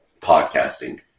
podcasting